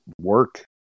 work